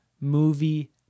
movie